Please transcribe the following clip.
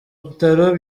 bitaro